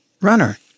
runner